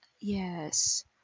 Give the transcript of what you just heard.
Yes